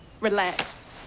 Relax